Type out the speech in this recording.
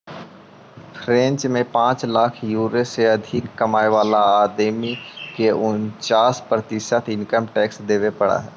French में पाँच lakh euro से अधिक कमाय वाला आदमी के उन्चास प्रतिशत इनकम टैक्स देवे पड़ऽ हई